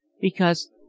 Because